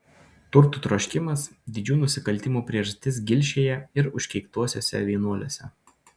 turtų troškimas didžių nusikaltimų priežastis gilšėje ir užkeiktuosiuose vienuoliuose